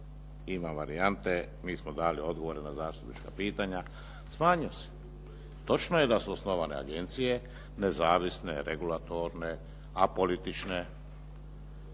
ima varijante, mi smo dali odgovore na zastupnička pitanja. Smanjio se. Točno je da su osnovane agencije nezavisne, regulatorne, apolitične,